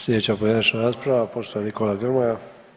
Slijedeća pojedinačna rasprava poštovani Nikola Grmoja.